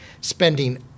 spending